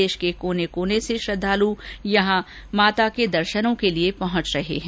देश के कोने कोने से श्रद्वाल यहां माता के दर्शनों के लिए पहुंच रहे हैं